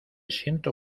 siento